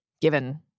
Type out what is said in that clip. given